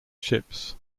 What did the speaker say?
ships